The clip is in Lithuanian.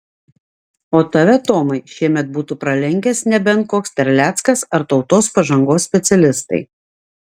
o tave tomai šiemet būtų pralenkęs nebent koks terleckas ar tautos pažangos specialistai